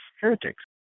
heretics